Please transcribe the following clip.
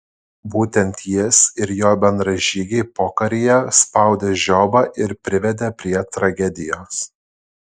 būtent jis ir jo bendražygiai pokaryje spaudė žiobą ir privedė prie tragedijos